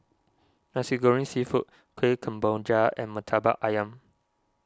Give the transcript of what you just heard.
Nasi Goreng Seafood Kuih Kemboja and Murtabak Ayam